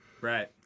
Right